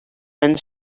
went